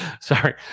Sorry